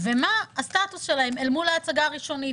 - ומה הסטטוס שלהם מול ההצגה הראשונית.